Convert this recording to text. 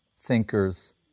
thinkers